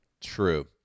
True